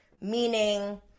meaning